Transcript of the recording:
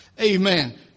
Amen